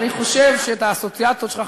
אני חושב שאת האסוציאציות שלך,